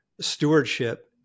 stewardship